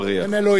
אין אלוהים בלבו,